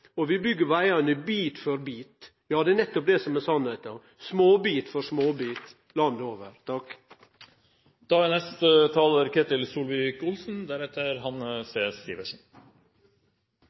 og vi byggjer vegane bit for bit. Ja, det er nettopp det som er sanninga – småbit for småbit landet over! Dette er